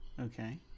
okay